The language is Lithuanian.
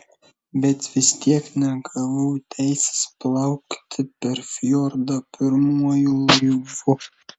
bet vis tiek negavau teisės plaukti per fjordą pirmuoju laivu